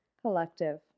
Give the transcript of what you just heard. collective